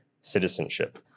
citizenship